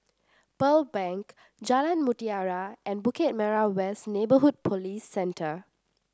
Pearl Bank Jalan Mutiara and Bukit Merah West Neighbourhood Police Center